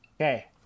Okay